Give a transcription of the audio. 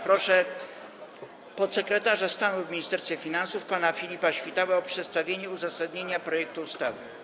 Proszę podsekretarza stanu w Ministerstwie Finansów pana Filipa Świtałę o przedstawienie uzasadnienia projektu ustawy.